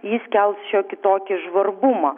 jis kels šiokį tokį žvarbumą